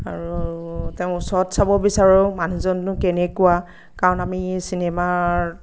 আৰু তেওঁ ওচৰত চাব বিচাৰোঁ মানুহজননো কেনেকুৱা কাৰণ আমি চিনেমাৰ